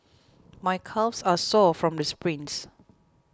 my calves are sore from the sprints